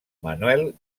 manuel